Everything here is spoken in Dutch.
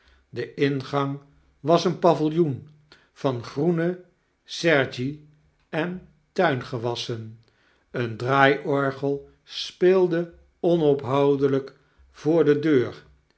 de ingang was een paviljoen van groene sergie en tuingewassen een draaiorgel speelde onophoudelyk voor de deur